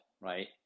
right